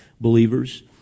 believers